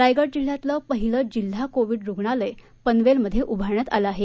रायगड जिल्ह्यातील पहिले जिल्हा कोविड रुग्णालय पनवेलमध्ये उभारण्यात आले आहे